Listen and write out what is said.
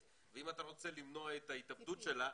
ואם הלקוח שלך נמצא 20 ו-30 שנה בארץ,